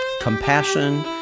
compassion